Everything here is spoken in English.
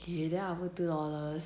okay then I'll put two dollars